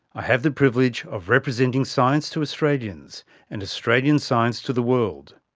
i have the privilege of representing science to australians and australian science to the world.